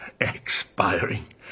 expiring